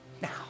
now